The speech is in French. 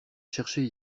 chercher